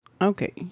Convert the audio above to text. okay